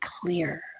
clear